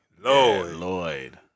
Lloyd